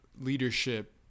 leadership